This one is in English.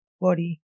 body